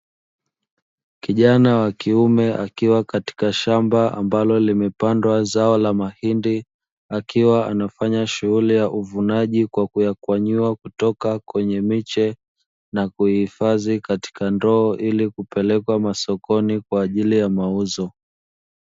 Kijana wa kiume akiwa katika shamba ambalo limepandwa zao la mahindi, akiwa anafanya shughuli ya uvunaji kwa kuyakwanyua kutoka kwenye miche na kuihifadhi katika ndoo ili kuipeleka masokoni kwa ajili ya mauzo.